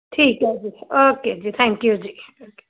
ਠੀਕ ਹੈ ਜੀ ਓਕੇ ਜੀ ਥੈਂਕ ਯੂ ਜੀ ਥੈਂਕ ਯੂ